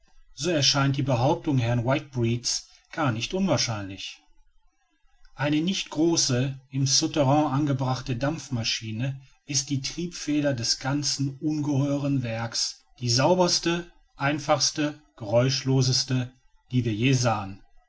so erscheint die behauptung herrn whitbreads gar nicht unwahrscheinlich eine nicht große im souterrain angebrachte dampfmaschine ist die triebfeder des ganzen ungeheuren werks die sauberste einfachste geräuschloseste die wir je sahen